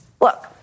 Look